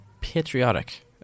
patriotic